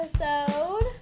episode